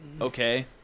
okay